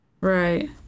Right